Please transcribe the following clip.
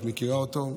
את מכירה אותו,